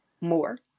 more